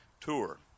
tour